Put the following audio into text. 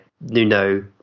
Nuno